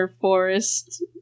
Forest